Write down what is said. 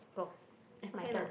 go eh my turn